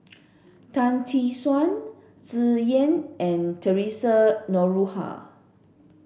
Tan Tee Suan Tsung Yeh and Theresa Noronha